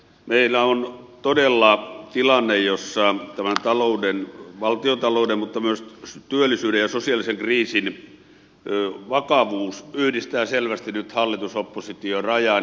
meillä on todella tilanne jossa valtiontalouden mutta myös työllisyyden ja sosiaalisen kriisin vakavuus yhdistää selvästi nyt yli hallitusoppositio rajan